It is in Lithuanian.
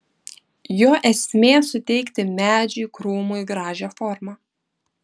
jo esmė suteikti medžiui krūmui gražią formą